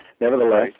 nevertheless